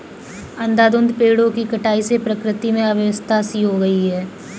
अंधाधुंध पेड़ों की कटाई से प्रकृति में अव्यवस्था सी हो गई है